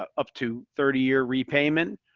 ah up to thirty year repayment,